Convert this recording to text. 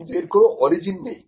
কিন্তু এর কোন অরিজিন নেই